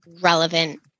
relevant